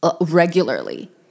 regularly